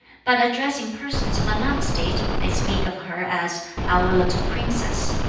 but addressing persons of another state they speak of her as our little princess.